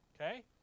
Okay